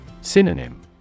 Synonym